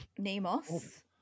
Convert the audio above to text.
Nemos